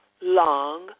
long